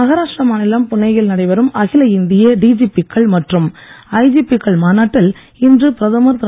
மஹாராஷ்டிரா மாநிலம் புனேயில் நடைபெறும் அகில இந்திய டிஜிபி க்கள் மற்றும் ஐஜிபி க்கள் மாநாட்டில் இன்று பிரதமர் திரு